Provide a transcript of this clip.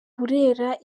burera